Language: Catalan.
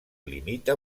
limita